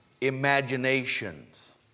imaginations